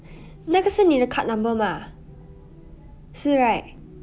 那个是你的 card number 吗是 right